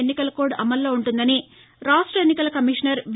ఎన్నికల కోడ్ అమలులో ఉంటుందని రాష్ట ఎన్నికల కమిషనర్ వి